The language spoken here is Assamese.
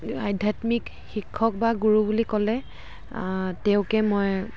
আধ্যাত্মিক শিক্ষক বা গুৰু বুলি ক'লে তেওঁকে মই